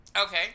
Okay